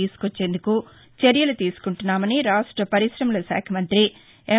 తీనుకొచ్చేందుకు చర్యలు తీనుకుంటున్నామని రాష్ట వర్శిశమలశాఖ మంతి ఎం